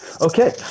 Okay